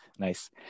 nice